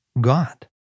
God